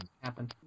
happen